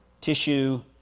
tissue